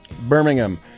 Birmingham